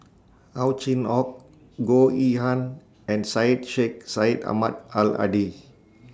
Ow Chin Hock Goh Yihan and Syed Sheikh Syed Ahmad Al Hadi